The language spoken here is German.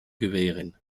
gewähren